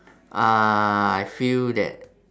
uh I feel that